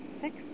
six